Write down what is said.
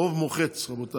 תודה רבה.